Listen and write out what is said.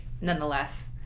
nonetheless